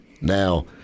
Now